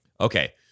Okay